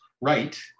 right